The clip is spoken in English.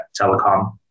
telecom